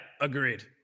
agreed